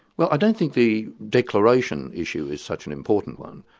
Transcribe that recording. well i don't think the declaration issue is such an important one.